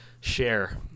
share